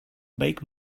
make